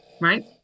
right